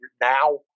now